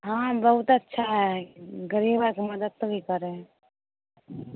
हँ बहुत अच्छा है गरीबाके मदद भी करे है